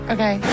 Okay